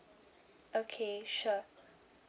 okay sure